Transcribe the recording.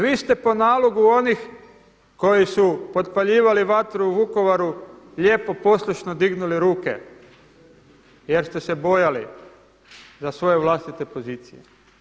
Vi ste po nalogu onih koji su potpaljivali vatru u Vukovaru lijepo poslušno dignuli ruke, jer ste se bojali za svoje vlastite pozicije.